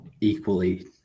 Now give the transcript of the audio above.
equally